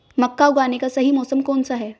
मक्का उगाने का सही मौसम कौनसा है?